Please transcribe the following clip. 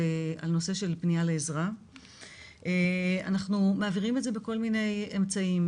נושא של פנייה לעזרה ואנחנו מעבירים את זה בכל מיני אמצעים,